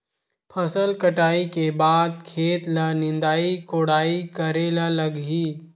फसल कटाई के बाद खेत ल निंदाई कोडाई करेला लगही?